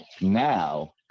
Now